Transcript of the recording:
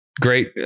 great